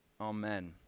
Amen